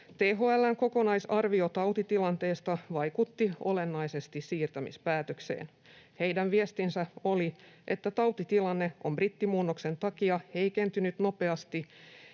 THL:n kokonaisarvio tautitilanteesta vaikutti olennaisesti siirtämispäätökseen. Heidän viestinsä oli, että tautitilanne on brittimuunnoksen takia heikentynyt nopeasti